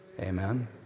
Amen